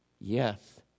Yes